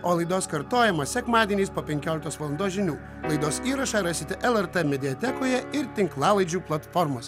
o laidos kartojimą sekmadieniais po penkioliktos valandos žinių laidos įrašą rasite lrt mediatekoje ir tinklalaidžių platformose